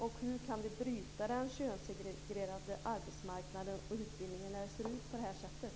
Och hur kan vi bryta den könssegregerade arbetsmarknaden och utbildningen när det ser ut på det här sättet?